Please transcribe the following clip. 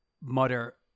mutter